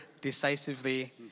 decisively